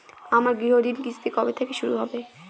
আমার গৃহঋণের কিস্তি কবে থেকে শুরু হবে?